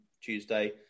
Tuesday